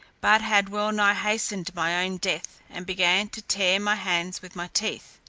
but had well nigh hastened my own death, and began to tear my hands with my teeth.